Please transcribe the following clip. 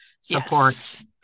supports